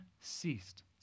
ceased